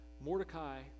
Mordecai